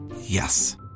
Yes